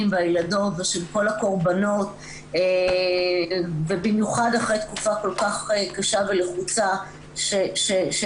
והילדות ושל כל הקורבנות ובמיוחד אחרי תקופה כל כך קשה ולחוצה שעברנו.